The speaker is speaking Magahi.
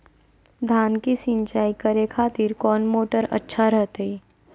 धान की सिंचाई करे खातिर कौन मोटर अच्छा रहतय?